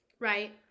Right